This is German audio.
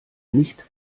nicht